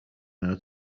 meno